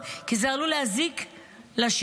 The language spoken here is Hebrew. כי זה עלול להזיק לשידוכים,